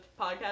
podcast